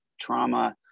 trauma